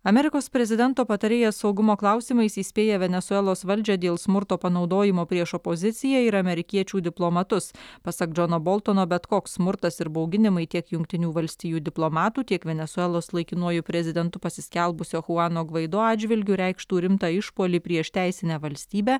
amerikos prezidento patarėjas saugumo klausimais įspėja venesuelos valdžią dėl smurto panaudojimo prieš opoziciją ir amerikiečių diplomatus pasak džono boltono bet koks smurtas ir bauginimai tiek jungtinių valstijų diplomatų tiek venesuelos laikinuoju prezidentu pasiskelbusio chuano guaido atžvilgiu reikštų rimtą išpuolį prieš teisinę valstybę